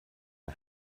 and